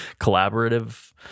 collaborative